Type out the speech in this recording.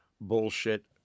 bullshit